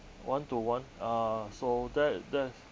one to one uh so that that